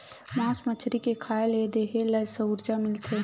मास मछरी के खाए ले देहे ल उरजा मिलथे